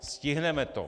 Stihneme to.